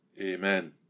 Amen